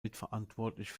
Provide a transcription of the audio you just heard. mitverantwortlich